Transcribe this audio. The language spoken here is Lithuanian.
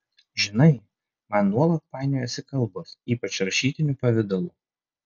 žinai man nuolat painiojasi kalbos ypač rašytiniu pavidalu